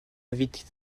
invite